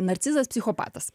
narcizas psichopatas